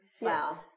Wow